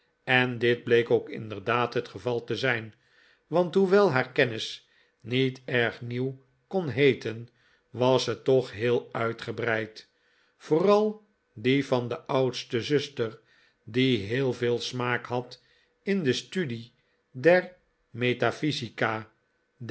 en dit bleek ook inderdaad het geval te zijn want hoewel haar kennis niet erg nieuw kon heeten was ze toch heel uitgebreid vooral die van de oudste zuster die heel veel smaak had in de studie der methaphysica